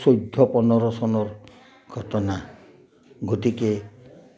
চৈধ্য পোন্ধৰ চনৰ ঘটনা গতিকে